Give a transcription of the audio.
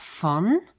von